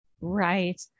Right